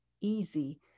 easy